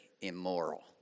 immoral